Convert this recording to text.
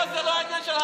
פה זה לא עניין של,